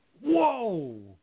Whoa